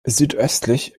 südöstlich